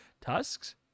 Tusks